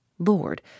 Lord